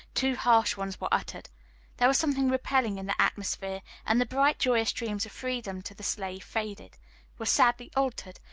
two harsh ones were uttered there was something repelling in the atmosphere, and the bright joyous dreams of freedom to the slave faded were sadly altered,